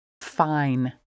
Fine